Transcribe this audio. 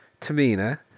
Tamina